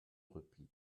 repli